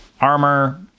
armor